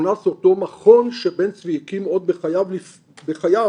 הוכנס אותו מכון שבן צבי הקים עוד בחייו, ב-47',